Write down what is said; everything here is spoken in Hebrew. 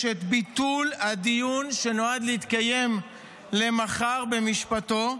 את ביטול הדיון שנועד להתקיים מחר במשפטו.